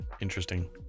Interesting